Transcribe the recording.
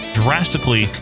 drastically